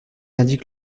indique